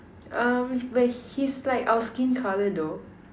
um but he's like our skin colour though